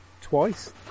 twice